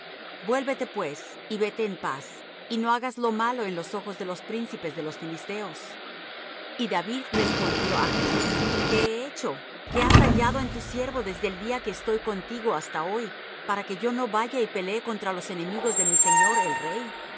vuélvete pues y vete en paz y no hagas lo malo en los ojos de los príncipes de los filisteos y david respondió á achs qué he hecho qué has hallado en tu siervo desde el día que estoy contigo hasta hoy para que yo no vaya y pelee contra los enemigos de mi señor el rey